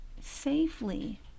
safely